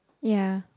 ya